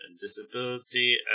disability